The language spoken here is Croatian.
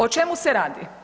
O čemu se radi?